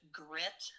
grit